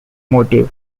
motive